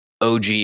OG